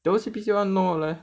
the O_C_B_C one more leh